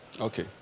Okay